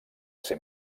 ser